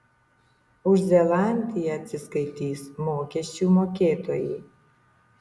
už zelandiją atsiskaitys mokesčių mokėtojai